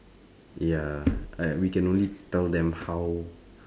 ya I we can only tell them how